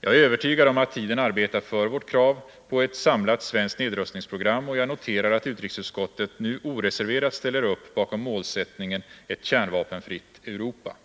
Jag är övertygad om att tiden arbetar för vårt krav om ett samlat svenskt nedrustningsprogram, och jag noterar att utrikesutskottet nu oreserverat ställer upp bakom målsättningen ett kärnvapenfritt Europa.